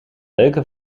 leuke